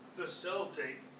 facilitate